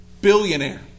Billionaire